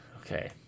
Okay